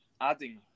adding